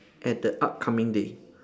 at the upcoming day